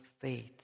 faith